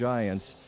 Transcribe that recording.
Giants